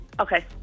Okay